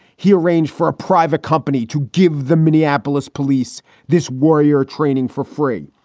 he arranged for a private company to give the minneapolis police this warrior training for free.